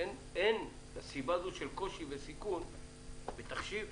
הסיבה הזו של קושי וסיבוך בתחשיב,